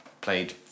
played